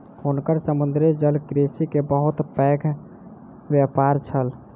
हुनकर समुद्री जलकृषि के बहुत पैघ व्यापार छल